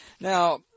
Now